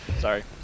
Sorry